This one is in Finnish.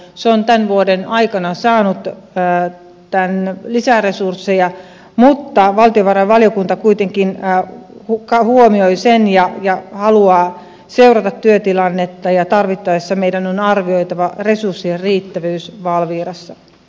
se on tämän vuoden aikana saanut lisäresursseja mutta valtiovarainvaliokunta kuitenkin huomioi sen ja haluaa seurata työtilannetta ja tarvittaessa meidän on arvioitava resurssien riittävyys valvirassa